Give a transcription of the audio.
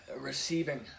Receiving